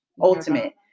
ultimate